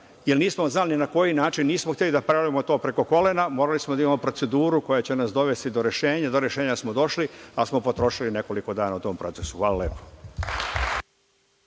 jer nismo znali na koji način i nismo hteli da pravimo to preko kolena. Morali smo da imamo proceduru koja će nas dovesti do rešenja. Do rešenja smo došli, ali smo potrošili nekoliko dana u tom procesu. Hvala lepo.